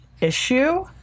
issue